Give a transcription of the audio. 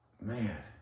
Man